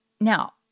Now